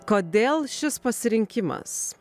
kodėl šis pasirinkimas